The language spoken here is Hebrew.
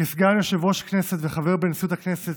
כסגן יושב-ראש הכנסת וחבר בנשיאות הכנסת,